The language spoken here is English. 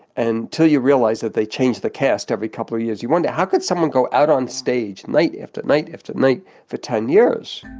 and till you realize that they change the cast every couple of years, you wonder, how could someone go out on stage, night after night after night, for ten years?